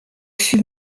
fut